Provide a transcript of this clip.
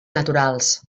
naturals